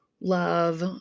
love